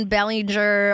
Bellinger